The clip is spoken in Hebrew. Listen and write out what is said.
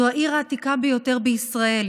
זו העיר העתיקה ביותר בישראל,